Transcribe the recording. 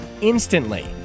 Instantly